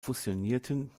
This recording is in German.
fusionierten